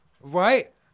right